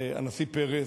הנשיא פרס,